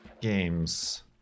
games